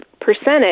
percentage